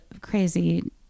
crazy